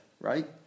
right